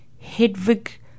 Hedvig